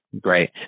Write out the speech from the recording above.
great